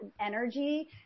energy